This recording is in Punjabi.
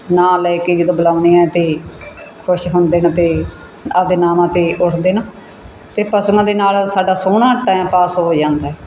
ਨਾਂ ਲੈ ਕੇ ਜਦੋਂ ਬੁਲਾਉਂਦੇ ਹਾਂ ਅਤੇ ਖੁਸ਼ ਹੁੰਦੇ ਨੇ ਅਤੇ ਆਪਣੇ ਨਾਵਾਂ 'ਤੇ ਉੱਠਦੇ ਨਾ ਅਤੇ ਪਸ਼ੂਆਂ ਦੇ ਨਾਲ ਸਾਡਾ ਸੋਹਣਾ ਟਾਈਮ ਪਾਸ ਹੋ ਜਾਂਦਾ